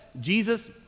Jesus